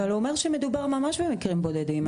אבל הוא אומר שמדובר במקרים בודדים.